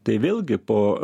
tai vėlgi po